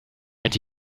and